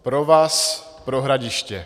Pro vás, pro Hradiště.